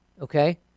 Okay